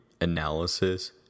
Analysis